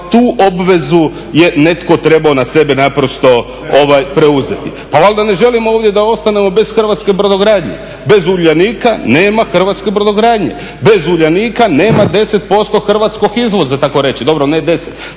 tu obvezu je trebao na sebe preuzeti. Pa valjda ne želimo da ovdje ostanemo bez hrvatske brodogradnje. Bez Uljanika nema hrvatske brodogradnje, bez Uljanika nema 10% hrvatskog izvoza tako reći, dobro ne 10